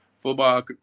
football